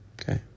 Okay